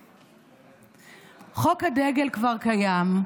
חוק הדגל כבר קיים,